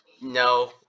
no